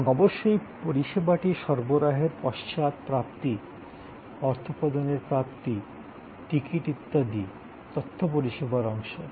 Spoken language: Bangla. এবং অবশ্যই পরিষেবাটি সরবরাহের পশ্চাৎ প্রাপ্তি অর্থ প্রদানের প্রাপ্তি টিকিট ইত্যাদি তথ্য পরিষেবার অংশ